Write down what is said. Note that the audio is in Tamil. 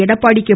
எடப்பாடி கே